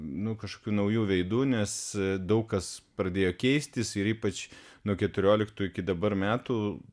nu kažkokių naujų veidų nes daug kas pradėjo keistis ir ypač nuo keturioliktų iki dabar metų